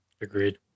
Agreed